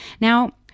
now